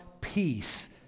peace